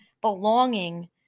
belonging